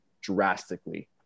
drastically